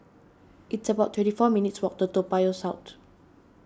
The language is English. it's about twenty four minutes' walk to Toa Payoh South